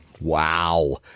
wow